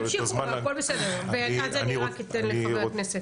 תמשיכו, הכול בסדר, ואז אני אתן לחבר הכנסת.